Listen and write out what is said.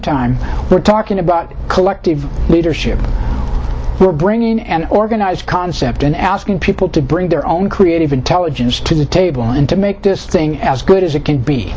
time we're talking about collective leadership we're bringing an organized concept and asking people to bring their own creative intelligence to the table and to make this thing as good as it can be